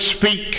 speak